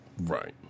right